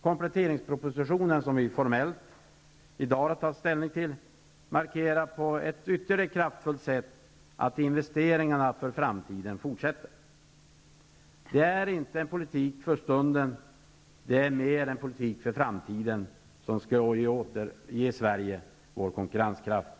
Kompletteringspropositionen, som vi i dag formellt har att ta ställning till, markerar på ett ytterligt kraftfullt sätt att investeringarna för framtiden fortsätter. Det är inte en politik för stunden. Det är mer en politik för framtiden som kan återge Sverige internationell konkurrenskraft.